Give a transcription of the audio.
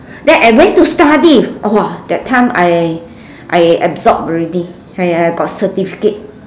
then I went to study !wah! that time I I absorb already I got certificate